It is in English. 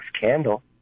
candle